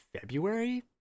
February